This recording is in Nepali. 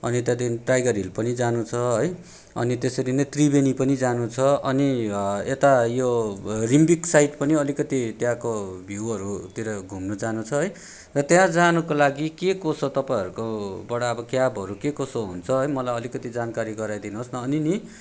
अनि त्यहाँदेखि टाइगर हिल पनि जानु छ है अनि त्यसरी नै त्रिवेणी पनि जानु छ अनि यता यो रिम्बिक साइड पनि अलिकति त्यहाँको भ्यूहरूतिर घुम्नु जानु छ है र त्यहाँ जानुको लागि के कसो तपाईँहरूकोबाट अब क्याबहरू के कसो हुन्छ है मलाई अलिकति जानकारी गराइदिनु होस् न अनि नि